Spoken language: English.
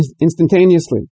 instantaneously